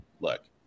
Look